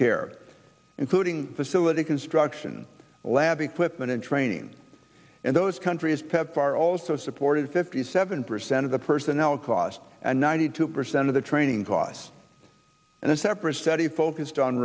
care including facility construction lab equipment and training in those countries pepfar also supported fifty seven percent of the personnel costs and ninety two percent of the training costs and a separate study focused on